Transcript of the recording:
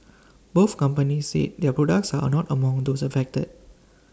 both companies said their products are not among those affected